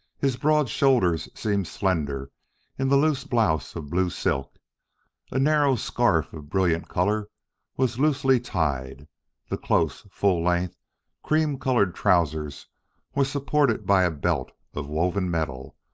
his broad shoulders seemed slender in the loose blouse of blue silk a narrow scarf of brilliant color was loosely tied the close, full-length cream-colored trousers were supported by a belt of woven metal,